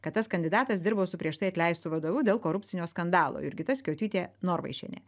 kad tas kandidatas dirbo su prieš tai atleistu vadovu dėl korupcinio skandalo jurgita skiotytė norvaišienė